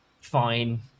fine